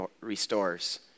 restores